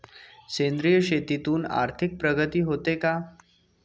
सेंद्रिय शेतीतून आर्थिक प्रगती होते का?